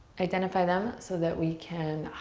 identify them so that we can